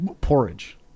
Porridge